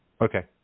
Okay